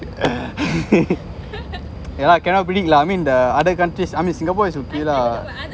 cannot cannot predict lah I mean the other countries I mean singapore is okay lah